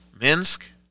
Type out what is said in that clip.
Minsk